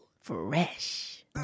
Fresh